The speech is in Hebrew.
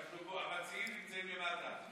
אנחנו פה, המצביעים נמצאים למטה.